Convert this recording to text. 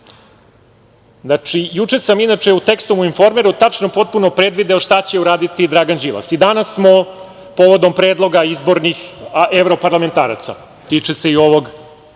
vesti. Juče sam, inače, u tekstu u „Informeru“ tačno potpuno predvideo šta će uraditi Dragan Đilas. I danas smo povodom predloga izbornih evroparlamentaraca, tiče se i ovog